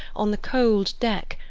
on the cold deck,